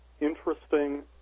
interesting